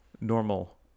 normal